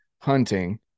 hunting